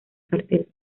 cartel